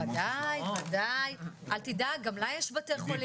ודאי ודאי, אל תדאג, גם לה יש בתי חולים.